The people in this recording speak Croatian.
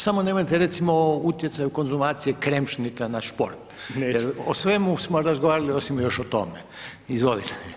Samo nemojte recimo o utjecaju konzumacije kremšnita na šport, jer o svemu smo razgovarali osim još o tome, izvolite.